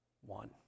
one